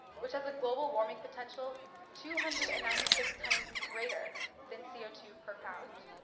which has a global warming potential two hundred and ninety six times greater than c o two per pound.